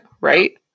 right